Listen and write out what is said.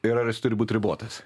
ir ar jis turi būt ribotas